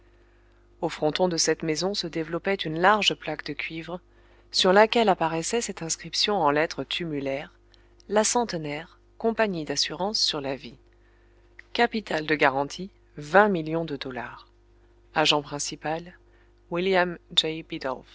au fronton de cette maison se développait une large plaque de cuivre sur laquelle apparaissait cette inscription en lettres tumulaires la centenaire compagnie d'assurances sur la vie capital de garantie vingt millions de dollars agent principal william